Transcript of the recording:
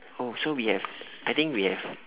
oh so we have I think we have